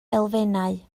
elfennau